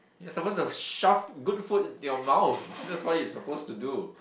you're suppose to have shove good food into your mouth that's why you supposed to do